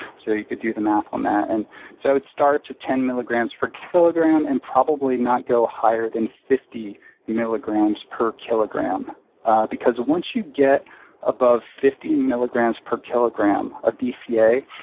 so you could do the math on that. and so i would start up to ten milligrams per kilogram and probably not go higher than fifty milligrams per kilogram because once you get above fifty milligrams per kilogram of dca,